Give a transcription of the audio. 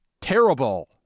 Terrible